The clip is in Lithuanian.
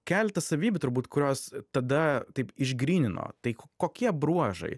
keletas savybių turbūt kurios tada taip išgrynino tai kokie bruožai